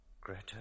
Greta